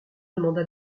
demanda